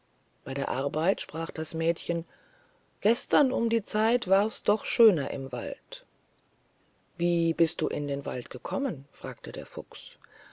bei der arbeit sprach das mädchen gestern um die zeit wars doch schöner in dem wald wie bist du in den wald gekommen fragte der fuchs